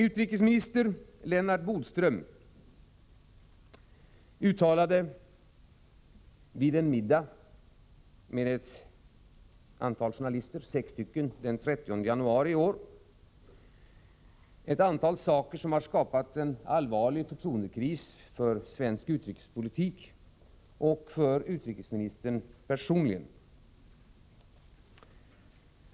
Utrikesminister Lennart Bodströms uttalande vid en middag med sex journalister den 30 januari i år har skapat en allvarlig förtroendekris för svensk utrikespolitik och för utrikesministern personligen.